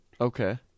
Okay